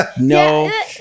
No